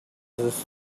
this